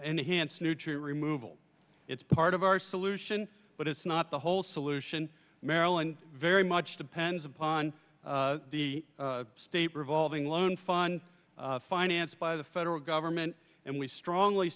enhanced new tree removal it's part of our solution but it's not the whole solution maryland very much depends upon the state revolving loan fund financed by the federal government and we strongly